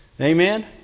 Amen